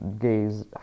gays